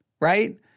right